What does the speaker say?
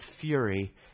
fury